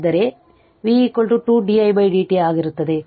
ಆದ್ದರಿಂದ v 2 di dt ಆಗಿರುತ್ತದೆ